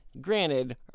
granted